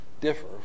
differ